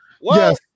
Yes